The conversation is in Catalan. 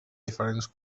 diferents